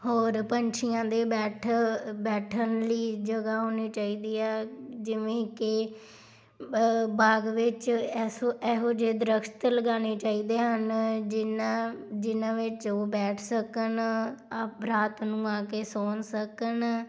ਔਰ ਪੰਛੀਆਂ ਦੇ ਬੈਠ ਬੈਠਣ ਲਈ ਜਗ੍ਹਾ ਹੋਣੀ ਚਾਹੀਦੀ ਆ ਜਿਵੇਂ ਕਿ ਬਾਗ ਵਿੱਚ ਐਸੋ ਇਹੋ ਜਿਹੇ ਦਰੱਖਤ ਲਗਾਉਣੇ ਚਾਹੀਦੇ ਹਨ ਜਿੰਨ੍ਹਾਂ ਵਿੱਚ ਉਹ ਬੈਠ ਸਕਣ ਅ ਰਾਤ ਨੂੰ ਆ ਕੇ ਸੋ ਸਕਣ